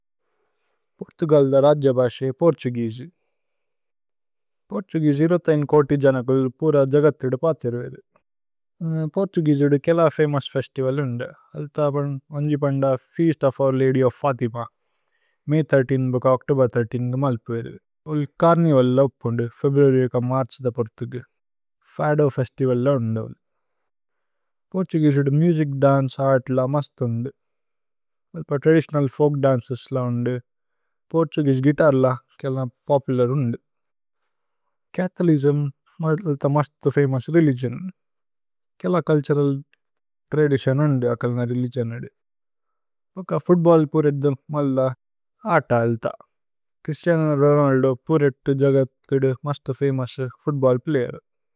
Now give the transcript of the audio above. പോര്തുഗല്'ദ രജ്ജപസേ Portuguese. Portuguese അഞ്ച് കോതിജനകുല് പൂര ജഗഥിദു പതിരുവേദു। പോര്തുഗേസേഉദു കേല ഫമോഉസ് ഫേസ്തിവലി ഉന്ദു। അലിഥ അപല് വന്ജിപന്ദ feast of our lady of Fatima. May പത്ത് മൂന്ന് ബക ഓച്തോബേര് ൧൩ഗുമ അലുപുവേദു। ഓല് ഛര്നിവല് ല ഉപ്പുന്ദു, ഫേബ്രുഅര്യ് ക മര്ഛ് ദ പോര്തുഗു। ഫദോ ഫേസ്തിവല് ല ഉന്ദു। പോര്തുഗേസേഉദു മുസിച്, ദന്ചേ, ആതില മസ്തു ഉന്ദു। അല്പ ത്രദിതിഓനല് ഫോല്ക് ദന്ചേസ് ല ഉന്ദു। പോര്തുഗേസേഉ ഗുഇതര് ല കേല പോപുലര് ഉന്ദു। ഛഥോലിസ്മ് മലിഥ മസ്തു ഫമോഉസ് രേലിഗിഓന്। കേല ചുല്തുരല് ത്രദിതിഓന് ഉന്ദു അകല് ന രേലിഗിഓന് അദു। ഓക ഫൂത്ബല്ല് പൂരേദ്ദുമ് മലിഥ ആത അലിഥ। ഛ്രിസ്തിഅനോ രോനല്ദോ പൂരേദ്ദു ജഗഥിദു മസ്തു ഫമോഉസ് ഫൂത്ബല്ല് പ്ലയേര്।